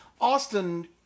Austin